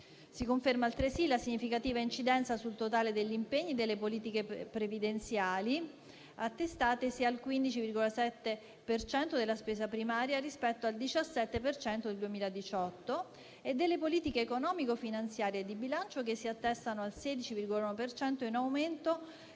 Si conferma altresì la significativa incidenza sul totale degli impegni delle politiche previdenziali, attestatesi al 15,7 per cento della spesa primaria, rispetto al 17 per cento del 2018, e delle politiche economico-finanziarie e di bilancio, che si attestano al 16,1 per cento,